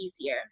easier